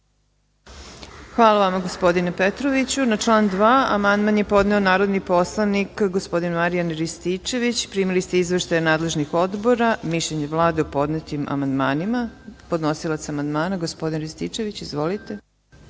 Hvala vama, gospodine Petroviću. Na član 2. amandman je podneo narodni poslanik Marijan Rističević. Primili ste izveštaje nadležnih odbora i mišljenje Vlade o podnetim amandmanima. Reč ima podnosilac amandmana gospodin Rističević. Izvolite.